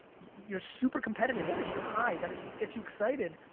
you're super competitive. that is your high. that is what gets you excited.